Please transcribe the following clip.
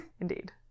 Indeed